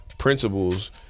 principles